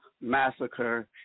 massacre